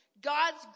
God's